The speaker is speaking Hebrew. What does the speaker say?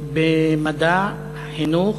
במדע, חינוך,